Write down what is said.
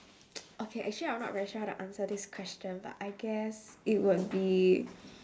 okay actually I'm not very sure how to answer this question but I guess it would be